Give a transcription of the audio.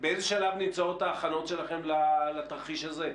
באיזה שלב נמצאות ההכנות שלכם לתרחיש הזה?